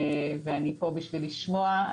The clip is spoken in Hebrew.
ואני פה בשביל לשמוע.